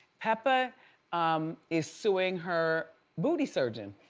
pepa is suing her booty surgeon.